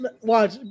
watch